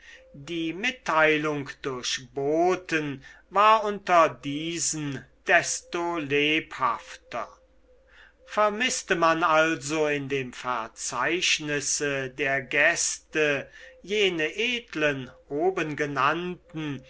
die mitteilung durch boten war unter diesen desto lebhafter vermißte man also in dem verzeichnisse der gäste jene edlen obengenannten